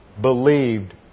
believed